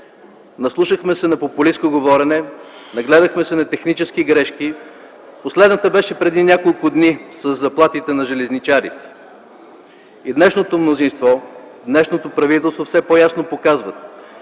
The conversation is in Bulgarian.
Наслушахме се на популистко говорене, нагледахме се на технически грешки. Последната беше преди няколко дни със заплатите на железничарите. И днешното мнозинство, и днешното правителство все по-ясно показват,